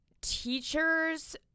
teachers